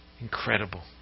incredible